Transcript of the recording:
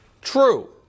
True